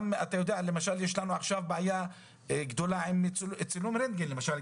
יש לנו עכשיו בעיה גדולה עם צילום רנטגן למשל,